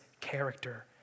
character